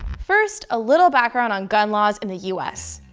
first, a little background on gun laws in the us.